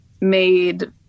made